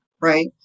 right